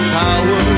power